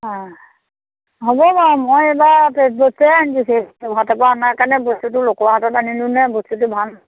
অ হ'ব বাৰু মই এইবাৰ ফ্ৰেছ বস্তুৱে আনি থৈছোঁ যোৰহাটৰ পা অনাৰ কাৰণে বস্তুটো লোকৰ হাতত আনিলোঁ নে বস্তুটো ভাল